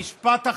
משפט אחד.